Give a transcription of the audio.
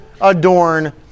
adorn